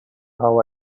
how